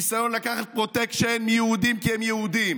ניסיון לקחת פרוטקשן מיהודים כי הם יהודים